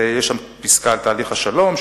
ויש שם פסקה על תהליך השלום,